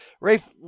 Rafe